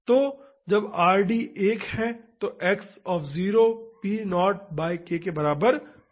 तो जब Rd 1 है तो x p0 बाई k के बराबर होगा